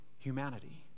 humanity